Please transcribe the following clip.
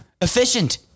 Efficient